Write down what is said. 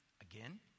again